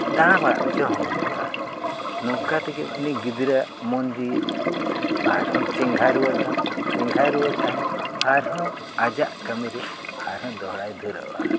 ᱫᱟᱬᱟ ᱵᱟᱲᱟ ᱦᱚᱪᱚ ᱦᱚᱸ ᱦᱩᱭᱩᱜᱼᱟ ᱱᱚᱝᱠᱟ ᱛᱮᱜᱮ ᱩᱱᱤ ᱜᱤᱫᱽᱨᱟᱹᱣᱟᱜ ᱢᱚᱱ ᱡᱤᱣᱤ ᱟᱨᱦᱚᱸ ᱪᱮᱸᱜᱷᱟ ᱨᱩᱣᱟᱹᱲᱚᱜᱼᱟ ᱪᱮᱸᱜᱷᱟ ᱨᱩᱭᱟᱹᱲ ᱛᱟᱦᱮᱱ ᱟᱨᱦᱚᱸ ᱟᱡᱟᱜ ᱠᱟᱹᱢᱤᱨᱮ ᱟᱨᱦᱚᱸ ᱫᱚᱦᱲᱟᱭ ᱫᱷᱟᱨᱟᱹᱜᱼᱟ